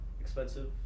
expensive